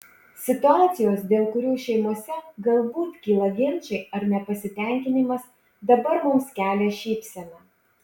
situacijos dėl kurių šeimose galbūt kyla ginčai ar nepasitenkinimas dabar mums kelia šypseną